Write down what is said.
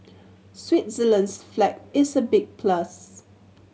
Switzerland's flag is a big plus